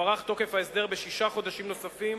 הוארך תוקף ההסדר בשישה חודשים נוספים,